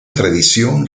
tradición